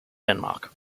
denmark